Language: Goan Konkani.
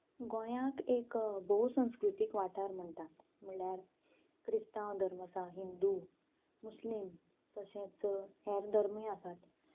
गोंयाक एक भोव संस्कृतीक वाठार म्हणटा म्हणल्यार क्रिस्तांव धर्म आसा हिंदू मुस्लीम तशेंच हेर धर्मूय आसात